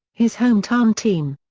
his hometown team.